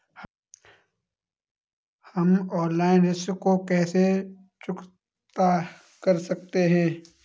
हम ऑनलाइन ऋण को कैसे चुकता कर सकते हैं?